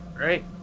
right